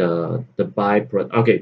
the the vibrant okay